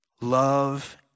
Love